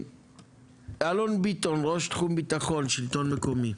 אלון ביטון, ראש תחום ביטחון שלטון אזורי.